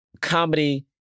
comedy